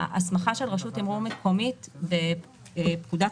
ההסמכה של רשות תימרור מקומית בפקודת